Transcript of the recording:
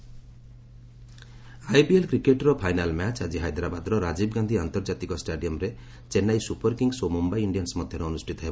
IPL cricket IPL cricket ର final match ଆଜି ହାଇଦ୍ରାବାଦ୍ର ରାଜୀବ ଗାନ୍ଧି ଆନ୍ତର୍ଜାତିକ ଷ୍ଟାଡିୟମ୍ଠାରେ ଚେନ୍ନାଇ ସୁପରକିଙ୍ଗସ୍ ଓ ମୁମ୍ୟାଇ ଇଣ୍ଡିଆନ୍ସ ମଧ୍ୟରେ ଅନୁଷ୍ଠିତ ହେବ